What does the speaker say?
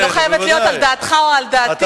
היא לא חייבת להיות על דעתך או על דעתי.